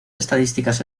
estadísticas